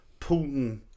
Putin